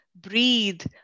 breathe